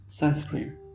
sunscreen